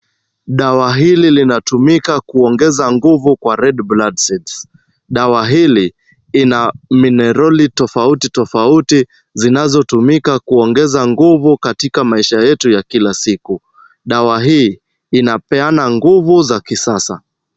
Dawa hii linatumika kuongeza nguvu kwa red blood cells . Dawa hii ina minerals tofauti tofauti zinazotumika kuongeza nguvu katika maisha yetu ya kila siku. Dawa hii inapeana nguvu za kisasa.